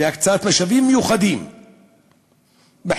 והקצאת משאבים מיוחדים בחינוך.